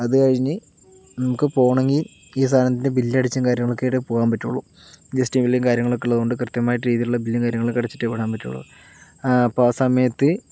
അതുകഴിഞ്ഞ് നമുക്ക് പോകണമെങ്കിൽ ഈ സാധനത്തിൻ്റെ ബില്ലടിച്ചും കാര്യങ്ങളൊക്കെ ആയിട്ടെ പോകാൻ പറ്റുകയുള്ളൂ ജി എസ് റ്റി ബില്ലും കാര്യങ്ങളൊക്കെ ഉള്ളതുകൊണ്ട് കൃത്യമായിട്ട് രീതിയിലുള്ള ബില്ലും കാര്യങ്ങളൊക്കെ അടിച്ചിട്ടെ വിടാൻ പറ്റുകയുള്ളൂ അപ്പോൾ ആ സമയത്ത്